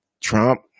Trump